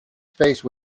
space